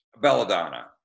Belladonna